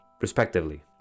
respectively